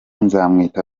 nzamwita